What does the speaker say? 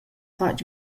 fatg